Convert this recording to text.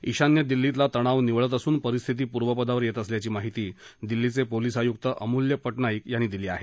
ईशान्य दिल्लीतला तणाव निवळत असून परिस्थिती पूर्वपदावर येत असल्याची माहिती दिल्ली पोलीस आयुक्त अमूल्य पज्ञाईक यांनी दिली आहे